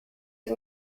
and